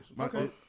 Okay